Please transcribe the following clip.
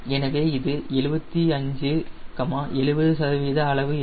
எனவே இது 75 70 சதவீத அளவு இருக்கும்